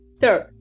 Third